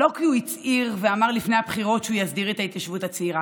לא כי הוא הצהיר ואמר לפני הבחירות שהוא יסדיר את ההתיישבות הצעירה,